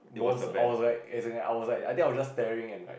most I was like as in I was like I think I was just staring and like